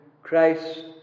Christ